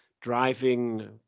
driving